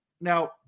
now